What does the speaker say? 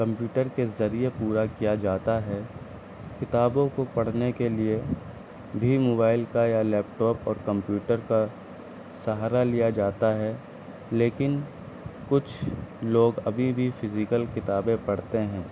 computer کے ذریعے پورا کیا جاتا ہے کتابوں کو پڑھنے کے لیے بھی موبائل کا یا لیپ ٹاپ اور کمپیوٹر کا سہارا لیا جاتا ہے لیکن کچھ لوگ ابھی بھی فزیکل کتابیں پڑھتے ہیں